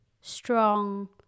strong